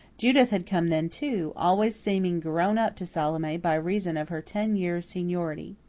judith had come then, too, always seeming grown up to salome by reason of her ten years' seniority.